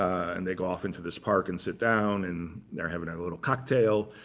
and they go off into this park and sit down. and they're having a little cocktail.